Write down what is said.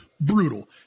brutal